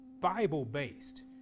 Bible-based